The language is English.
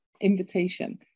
invitation